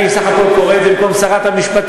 אני בסך הכול קורא את זה במקום שרת המשפטים,